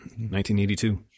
1982